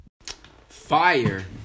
Fire